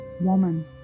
woman